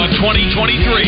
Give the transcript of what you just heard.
2023